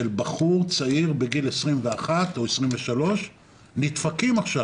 בחור צעיר בגיל 21 או 23 נדפקים עכשיו,